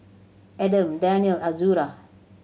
Adam Daniel Azura